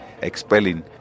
expelling